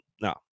no